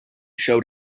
showed